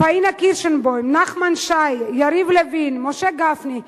פאינה קירשנבאום, נחמן שי, יריב לוין, משה גפני.